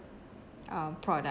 um product